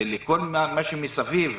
ולכל מה שמסביב,